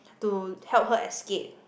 to help her escape